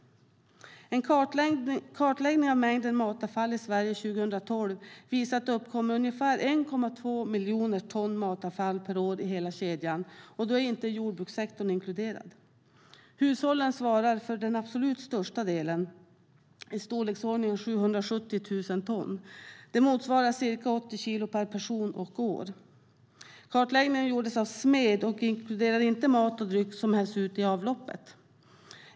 En kartläggning av mängden matavfall i Sverige 2012 visar att det uppkommer ungefär 1,2 miljoner ton matavfall per år i hela kedjan. Då är inte jordbrukssektorn inkluderad. Hushållen svarar för den absolut största delen, i storleksordningen 770 000 ton. Det motsvarar ca 80 kilo per person och år. Kartläggningen har gjorts av Smed och inkluderar inte mat och dryck som hälls ut i avloppet.